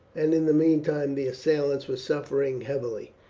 and in the meantime the assailants were suffering heavily,